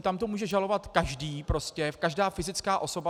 Tam to může žalovat každý, každá fyzická osoba.